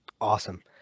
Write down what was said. Awesome